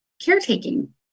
caretaking